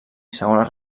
segones